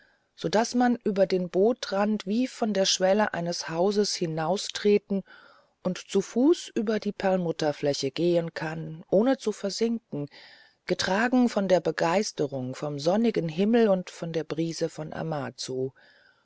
so daß man über den bootrand wie von der schwelle eines hauses hinaustreten und zu fuß über die perlmutterfläche gehen kann ohne zu versinken getragen von der begeisterung vom sonnigen himmel und von der brise von amazu